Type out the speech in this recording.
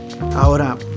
ahora